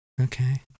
okay